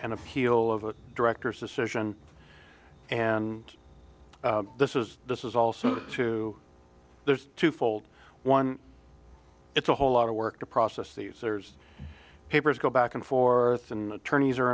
an appeal of a director's decision and this is this is also too there's two fold one it's a whole lot of work to process the user's papers go back and forth and attorneys are